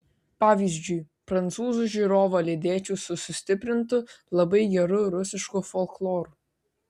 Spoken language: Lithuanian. pavyzdžiui prancūzų žiūrovą lydėčiau su sustiprintu labai geru rusišku folkloru